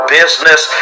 business